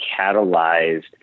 catalyzed